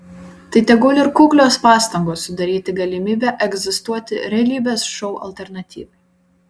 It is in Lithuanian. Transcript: tai tegul ir kuklios pastangos sudaryti galimybę egzistuoti realybės šou alternatyvai